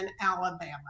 Alabama